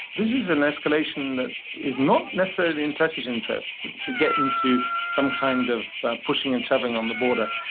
this is an escalation that is not necessarily in turkish interests, to get into some kind of pushing and shoving on the border.